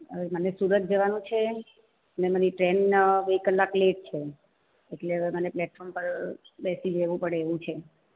હવે મને સુરત જવાનું છે ને મારી ટ્રેન બે કલાક લેટ છે એટલે મને પ્લેટફોર્મ પર બેસી રહેવું પડે એવું છે